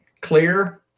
clear